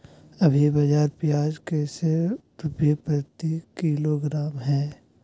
अभी बाजार प्याज कैसे रुपए प्रति किलोग्राम है?